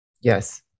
Yes